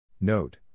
Note